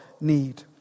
need